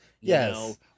Yes